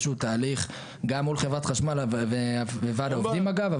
שהוא תהליך גם מול חברת החשמל וועד העובדים אגב,